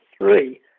three